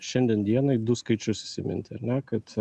šiandien dienai du skaičius įsiminti ar ne kad a